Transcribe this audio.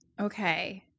Okay